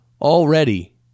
already